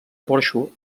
porxo